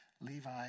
Levi